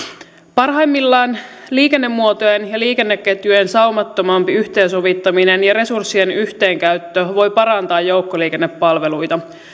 parhaimmillaan liikennemuotojen ja liikenneketjujen saumattomampi yhteensovittaminen ja resurssien yhteenkäyttö voi parantaa joukkoliikennepalveluita